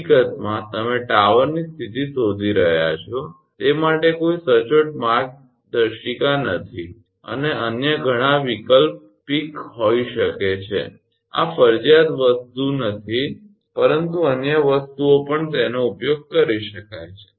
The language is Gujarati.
હકીકતમાં તમે ટાવરની સ્થિતિ શોધી રહ્યા છો તે માટે કોઈ સચોટ સાફ માર્ગદર્શિકા નથી અને અન્ય ઘણા વૈકલ્પિક ઉપયોગ થઈ શકે છે આ ફરજિયાત વસ્તુ નથી પરંતુ અન્ય વસ્તુઓ પણ તેનો ઉપયોગ કરી શકાય છે